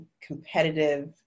competitive